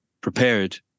prepared